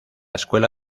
escuela